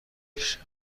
کشم